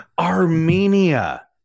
Armenia